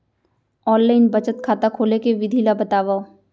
Online बचत खाता खोले के विधि ला बतावव?